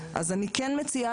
אני כן מציעה,